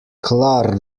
klar